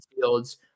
Fields